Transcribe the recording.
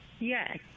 Yes